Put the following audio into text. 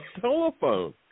telephone